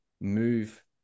move